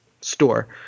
store